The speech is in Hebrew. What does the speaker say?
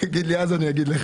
אז הוא דיבר שאם יהיה סגרים,